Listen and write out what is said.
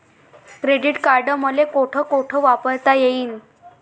Credit card मले कोठ कोठ वापरता येईन?